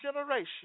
generation